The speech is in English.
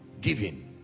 giving